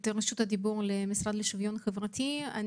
המשרד לשוויון חברתי בבקשה,